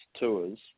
tours